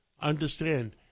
Understand